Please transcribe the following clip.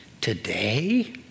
today